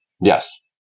Yes